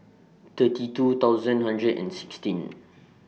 thirty two thousand hundred and sixteen